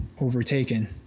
overtaken